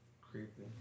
creepy